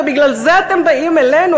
ובגלל זה אתם באים אלינו.